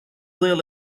del